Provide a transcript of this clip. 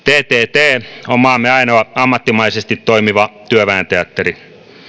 ttt on maamme ainoa ammattimaisesti toimiva työväenteatteri